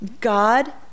God